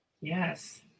Yes